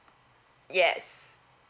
yes